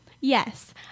yes